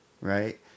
right